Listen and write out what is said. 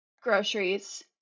groceries